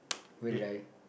where did I